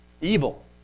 Evil